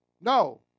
No